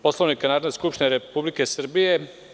Poslovnika Narodne skupštine Republike Srbije.